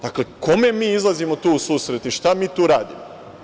Dakle, kome mi izlazimo tu u susret i šta mi tu radimo?